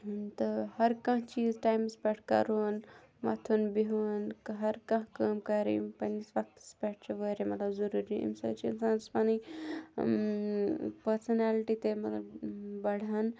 تہٕ ہرکانٛہہ چیٖز ٹایمَس پٮ۪ٹھ کَرون وۄتھُن بِہُن کہٕ ہرکانٛہہ کٲم کَرٕنۍ پنٛنِس وقتَس پٮ۪ٹھ چھِ واریاہ مطلب ضٔروٗری امہِ سۭتۍ چھُ اِنسانَس پنٕنۍ پٔرسٕنیلٹی تہِ مطلب بڑھان